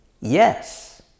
yes